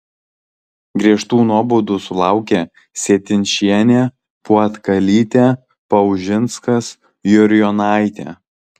griežtų nuobaudų sulaukė sietinšienė puotkalytė paužinskas jurjonaitė